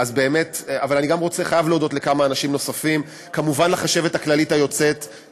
אני גם חייב להודות לכמה אנשים נוספים: כמובן לחשבת הכללית היוצאת,